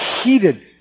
heated